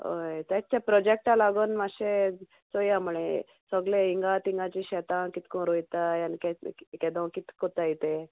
होय ते प्रोजेक्टा लागोन मातशें चोया म्हळें सोगलें हिंगा तिंगाची शेतां कितको रोयताय आनी केदो कित कोताय ते